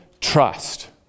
trust